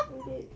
I'm dead